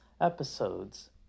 episodes